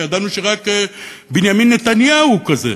הרי ידענו שרק בנימין נתניהו הוא כזה.